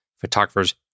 photographers